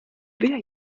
wer